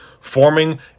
forming